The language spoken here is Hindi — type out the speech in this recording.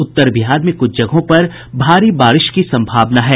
उत्तर बिहार में कुछ जगहों पर भारी बारिश की संभावना है